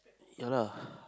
ya lah